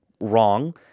wrong